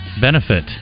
benefit